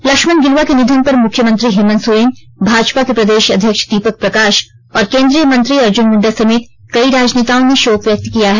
लक्ष्मण गिलुवा के निधन पर मुख्यमंत्री हेमंत सोरेन भाजपा के प्रदेश अध्यक्ष दीपक प्रकाश और केन्द्रीय मंत्री अर्जुन मुंडा समेत कई राजनेताओं ने शोक व्यक्त किया है